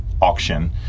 auction